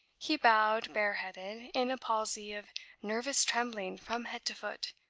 he bowed bare-headed, in a palsy of nervous trembling from head to foot.